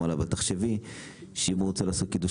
השיב לה: "אבל תחשבי שאם הוא רוצה לעשות קידוש